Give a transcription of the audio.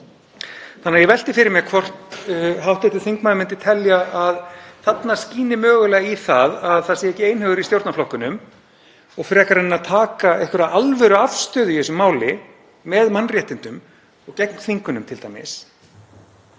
Þannig að ég velti fyrir mér hvort hv. þingmaður myndi telja að þarna skíni mögulega í það að það sé ekki einhugur í stjórnarflokkunum og frekar en að taka einhverja alvöruafstöðu í þessu máli með mannréttindum og gegn þvingunum t.d.